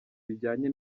bijyanye